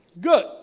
Good